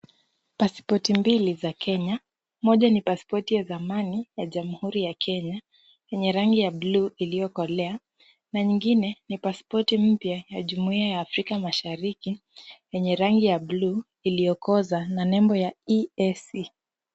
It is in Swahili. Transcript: Pasipoti mbili za Kenya Moja ni pasipoti ya zamani ya Jamhuri ya Kenya yenye rangi ya bluu iliyokolea , na nyingine ni pasipoti mpya ya jumuia ya Afrika Mashariki yenye rangi ya bluu iliyokoza na nembo ya ESE.